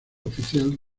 oficial